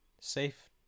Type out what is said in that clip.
Safe